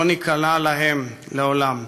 לא ניכנע להם לעולם.